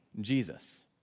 Jesus